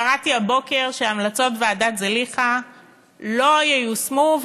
קראתי הבוקר שהמלצות ועדת זליכה לא ייושמו,